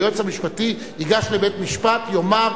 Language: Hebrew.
היועץ המשפטי ייגש לבית-המשפט, יאמר: